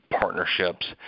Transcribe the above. partnerships